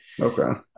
Okay